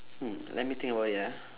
hmm let me think about it ah